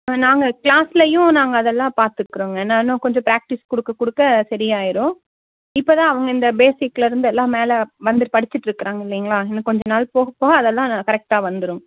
நாங்கள் கிளாஸ்லையும் நாங்கள் அதெல்லாம் பார்த்துக்கறோங்க நானும் கொஞ்சம் பிராக்டிஸ் கொடுக்க கொடுக்க சரி ஆயிடும் இப்போ தான் அவங்க இந்த பேசிக்கில் இருந்து எல்லாம் மேலே வந்து படிச்சுட்ருக்கறாங்க இல்லைங்களா இன்னும் கொஞ்சம் நாள் போக போக அதெல்லாம் கரெக்டாக வந்துடும்